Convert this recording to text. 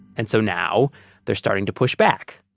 and so now they're starting to push back.